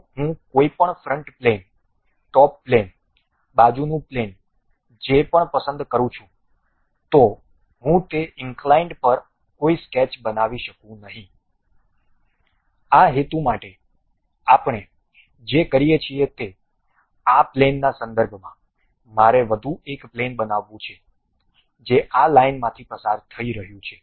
જો હું કોઈપણ ફ્રન્ટ પ્લેન ટોપ પ્લેન બાજુનું પ્લેન જે પણ પસંદ કરું છું તો હું તે ઇંક્લાઇન્ પર કોઈ સ્કેચ બનાવી શકું નહીં આ હેતુ માટે આપણે જે કરીએ છીએ તે આ પ્લેનના સંદર્ભમાં મારે વધુ એક પ્લેન બનાવવું છે જે આ લાઇનમાંથી પસાર થઈ રહ્યું છે